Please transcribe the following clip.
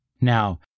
Now